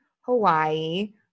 Hawaii